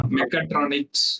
Mechatronics